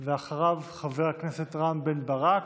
אחריו, חבר הכנסת רם בן ברק,